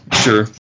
Sure